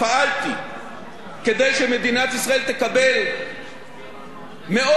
ישראל תקבל מאות מיליארדי שקלים תוספת ב-30 השנים